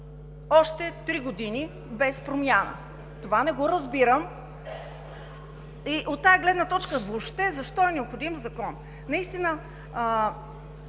още три години без промяна? Това не го разбирам. От тази гледна точка въобще защо е необходим закон? Наистина